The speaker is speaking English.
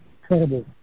Incredible